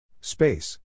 Space